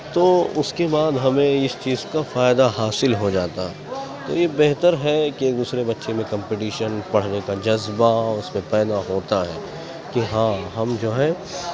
تو اس کے بعد ہمیں اس چیز کا فائدہ حاصل ہو جاتا تو یہ بہتر ہے کہ دوسرے بچے میں کمپٹیشن پڑھنے کا جذبہ اس میں پیدا ہوتا ہے کہ ہاں ہم جو ہے